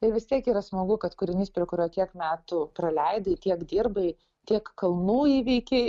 ir vis tiek yra smagu kad kūrinys prie kurio tiek metų praleidai tiek dirbai tiek kalnų įveikei